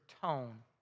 tone